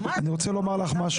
אני רוצה לומר לך משהו,